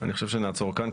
אני חושב שנעצור כאן,